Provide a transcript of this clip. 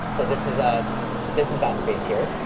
so this is ah this is that space, here.